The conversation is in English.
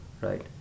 right